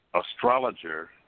astrologer